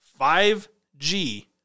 5G